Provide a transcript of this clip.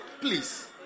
please